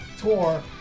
tour